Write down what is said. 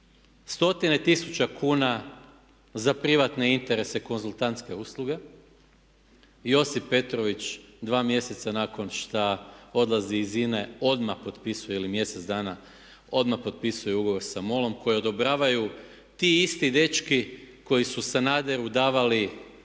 stotine tisuća kuna za privatne interese i konzultantske usluge, Josip Petrović 2 mjeseca nakon što odlazi iz INA-e odmah potpisuje ili mjesec dana odmah potpisuje ugovor sa MOL-om koji odobravaju ti isti dečki koji su Sanaderu davali